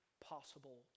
possible